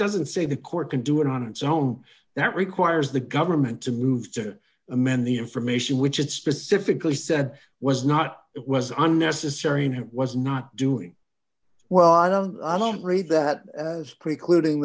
doesn't say the court can do it on its own that requires the government to move to amend the information which it specifically said was not it was unnecessary and it was not doing well i don't i don't read that